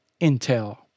Intel